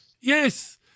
yes